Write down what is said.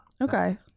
Okay